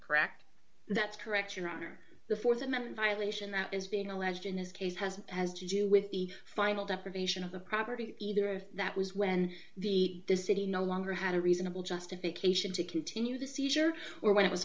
correct that's correct your honor the th amendment elation that is being alleged in this case has to do with the final deprivation of the property either of that was when the city no longer had a reasonable justification to continue the seizure or when it was